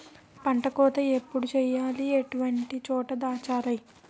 పంట కోత ఎప్పుడు చేయాలి? ఎటువంటి చోట దాచాలి?